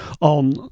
on